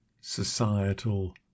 societal